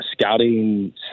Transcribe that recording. scouting